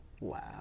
Wow